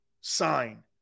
sign